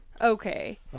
Okay